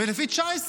ולפי 19,